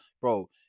bro